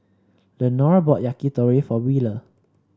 Lenore bought Yakitori for Wheeler